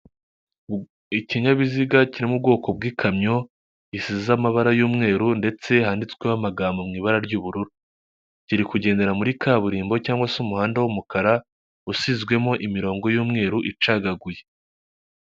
Ikinyabiziga kiririmo ubwoko bw'ikamyo isize amabara y'umweru ndetse handitsweho amagambo mu ibara ry'ubururu, kiri kugendera muri kaburimbo cyangwa se umuhanda w'umukara usizwemo imirongo y'umweru icagaguye.